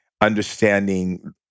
understanding